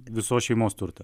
visos šeimos turtą